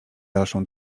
dalszą